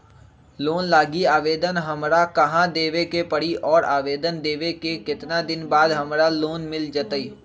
Loan लागी आवेदन हमरा कहां देवे के पड़ी और आवेदन देवे के केतना दिन बाद हमरा लोन मिल जतई?